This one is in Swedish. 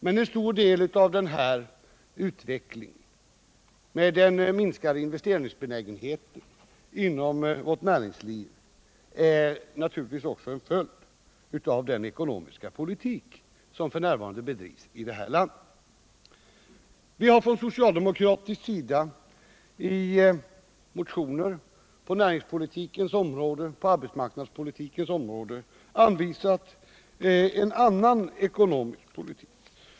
Men en stor del av denna utveckling med den minskade investeringsbenägenheten inom vårt näringsliv är naturligtvis också en följd av den ekonomiska politik som f. n. bedrivs i vårt land. Vi har från socialdemokratiskt håll i motioner på näringspolitikens och på arbetsmarknadspolitikens områden anvisat en annan ekonomisk politik.